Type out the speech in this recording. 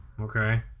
Okay